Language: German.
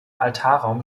altarraum